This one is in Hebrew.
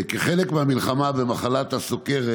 כחלק מהמלחמה במחלת הסוכרת,